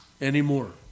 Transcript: anymore